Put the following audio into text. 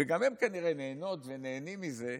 וגם הם כנראה נהנות ונהנים מזה,